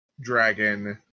dragon